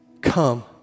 Come